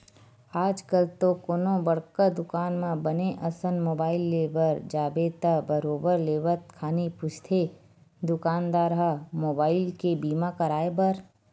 आजकल तो कोनो बड़का दुकान म बने असन मुबाइल ले बर जाबे त बरोबर लेवत खानी पूछथे दुकानदार ह मुबाइल के बीमा कराय बर